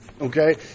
Okay